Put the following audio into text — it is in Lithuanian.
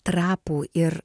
trapų ir